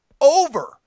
over